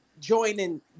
joining